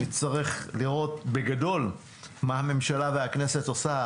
נצטרך לראות מה הממשלה והכנסת עושה,